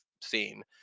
seen